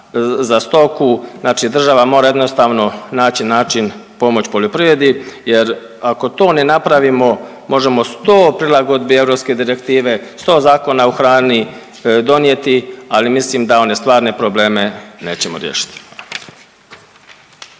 za stoku. Znači država mora jednostavno naći način pomoć poljoprivredi jer ako to ne napravimo možemo sto prilagodbi europske direktive, sto zakona o hrani donijeti, ali mislim da one stvarne probleme nećemo riješiti.